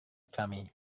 kami